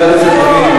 מה הצביעות?